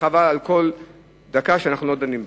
וחבל על כל דקה שאנחנו לא דנים בזה.